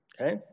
Okay